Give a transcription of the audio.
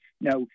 Now